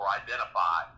identify